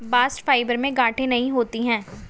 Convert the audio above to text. bast fibre में गांठे नहीं होती है